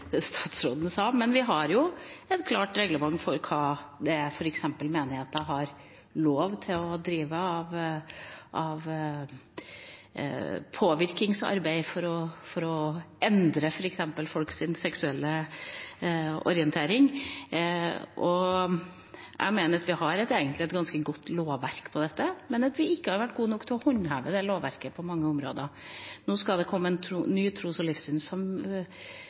har lov til å drive med av påvirkningsarbeid for å endre f.eks. folks seksuelle orientering. Jeg mener at vi egentlig har et ganske godt lovverk for dette, men at vi på mange områder ikke har vært gode nok til å håndheve dette lovverket. Nå skal det komme en ny lov for tros- og